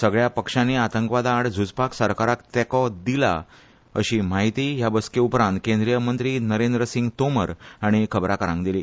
सगळया पक्षांनी आतंकवादा आड झुजपाक सरकाराक तेको दिला अशी म्हायती ह्या बसके उपरांत केंद्रीय मंत्री नरेंद्रसिंग तोमर हांणी खबरांकारांक दिली